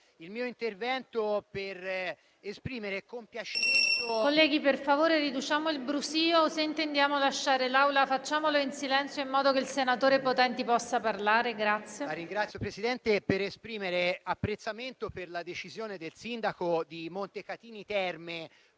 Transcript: mio intervento esprimere apprezzamento per la decisione del sindaco di Montecatini Terme,